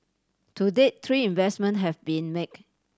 to date three investment have been make